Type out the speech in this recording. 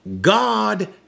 God